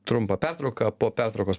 trumpą pertrauką po pertraukos